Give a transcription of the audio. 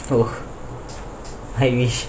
so I wish